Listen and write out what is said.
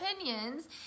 opinions